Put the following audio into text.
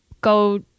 go